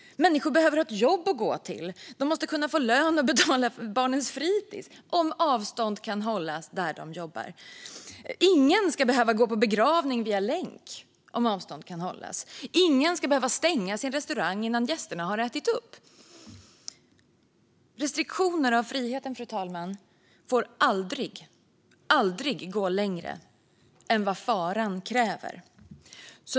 Människor behöver ha ett jobb att gå till. De måste kunna få lön för att betala barnens fritis, om avstånd kan hållas där de jobbar. Ingen ska behöva gå på begravning via länk, om avstånd kan hållas. Ingen ska behöva stänga sin restaurang innan gästerna har ätit upp. Fru talman! Restriktioner av friheten får aldrig gå längre än vad faran kräver.